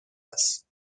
است